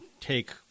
take